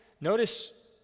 notice